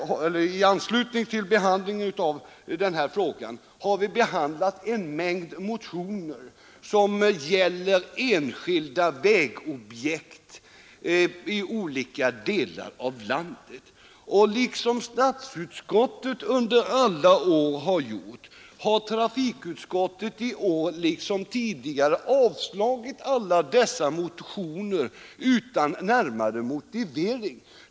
I anslutning till anslagsfrågorna för vägväsendet har vi behandlat en mängd motioner som gäller enskilda vägobjekt i olika delar av landet. Liksom statsutskottet gjort under alla år har trafikutskottet i år och tidigare avstyrkt alla dessa motioner utan närmare motivering.